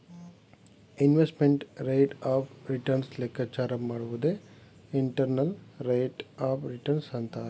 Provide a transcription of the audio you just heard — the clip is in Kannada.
ಇನ್ವೆಸ್ಟ್ಮೆಂಟ್ ರೇಟ್ ಆಫ್ ರಿಟರ್ನ್ ಲೆಕ್ಕಾಚಾರ ಮಾಡುವುದೇ ಇಂಟರ್ನಲ್ ರೇಟ್ ಆಫ್ ರಿಟರ್ನ್ ಅಂತರೆ